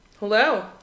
Hello